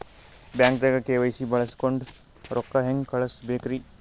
ಬ್ಯಾಂಕ್ದಾಗ ಕೆ.ವೈ.ಸಿ ಬಳಸ್ಕೊಂಡ್ ರೊಕ್ಕ ಹೆಂಗ್ ಕಳಸ್ ಬೇಕ್ರಿ?